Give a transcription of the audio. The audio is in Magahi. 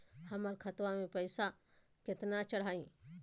हमर खतवा मे पैसवा केना चढाई?